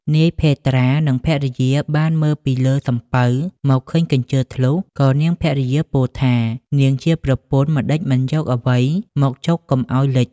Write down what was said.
នាយភេត្រា និងភរិយាបានមើលពីលើសំពៅមកឃើញកញ្ជើធ្លុះ ក៏នាងភរិយាពោលថា នាងជាប្រពន្ធម្តេចមិនយកអ្វីមកចុកកុំឱ្យលេច។